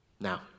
Now